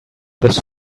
this